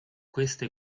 queste